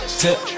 tip